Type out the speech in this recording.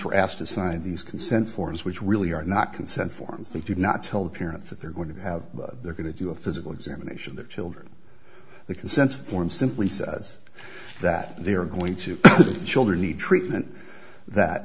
were asked to sign these consent forms which really are not consent forms they do not tell the parents that they're going to have they're going to do a physical examination the children the consent form simply says that they are going to the children need treatment